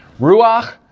Ruach